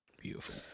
beautiful